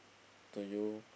to you